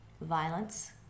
violence